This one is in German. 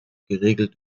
geregelt